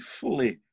fully